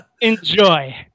Enjoy